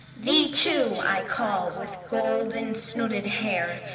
thee too i call with golden-snooded hair,